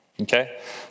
okay